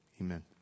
Amen